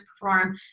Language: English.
perform